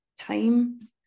time